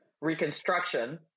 Reconstruction